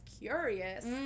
curious